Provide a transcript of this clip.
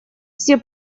все